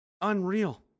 Unreal